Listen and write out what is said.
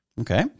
Okay